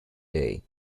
day